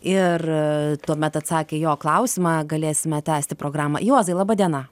ir tuomet atsakę į jo klausimą galėsime tęsti programą juozai laba diena